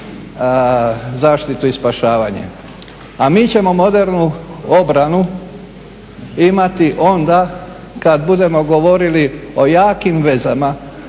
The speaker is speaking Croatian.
zaštitu i spašavanje. A mi ćemo modernu obranu imati onda kada budemo govorili o jakim vezama